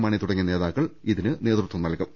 മാണി തുടങ്ങിയ നേതാക്കൾ നേതൃത്വം നൽകും